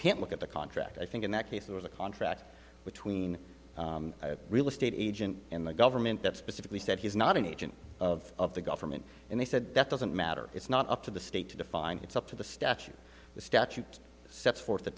can't look at the contract i think in that case there was a contract between real estate agent and the government that specifically said he's not an agent of the government and they said that doesn't matter it's not up to the state to define it's up to the statute the statute sets forth